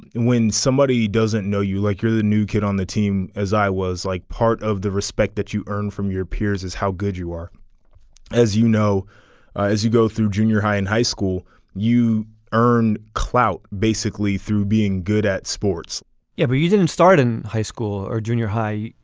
when somebody doesn't know you like you're the new kid on the team. as i was like part of the respect that you earned from your peers is how good you are as you know as you go through junior high and high school you earned clout basically through being good at sports yeah but you didn't start in high school or junior high.